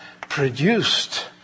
produced